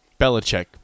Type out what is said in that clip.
Belichick